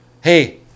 hey